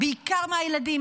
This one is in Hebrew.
בעיקר מהילדים,